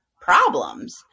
problems